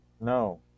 No